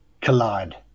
collide